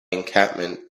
encampment